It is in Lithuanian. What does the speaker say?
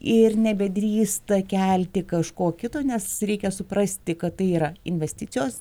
ir nebedrįsta kelti kažko kito nes reikia suprasti kad tai yra investicijos